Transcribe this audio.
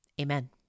amen